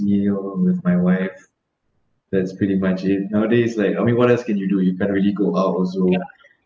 meal with my wife that's pretty much it nowadays like I mean what else can you do you can't really go out also